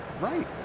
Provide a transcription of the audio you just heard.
right